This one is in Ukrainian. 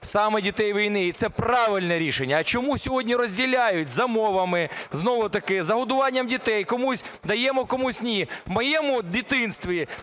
саме дітей війни. І це правильне рішення. А чому сьогодні розділяють за мовами, знову-таки за годуванням дітей – комусь даємо, комусь ні? В моєму дитинстві